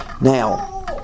Now